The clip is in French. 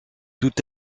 tout